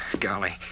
Golly